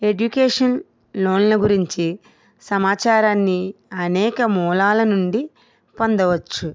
education లోన్ల గురించి సమాచారాన్ని అనేక మూలాల నుండి పొందవచ్చు